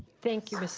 thank you, mrs.